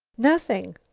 nothing.